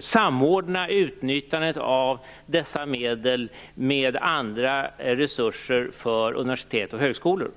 samordna utnyttjandet av dessa medel med andra resurser för universitet och högskolor.